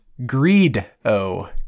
Greedo